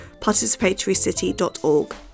participatorycity.org